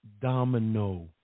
domino